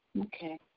Okay